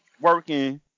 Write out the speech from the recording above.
working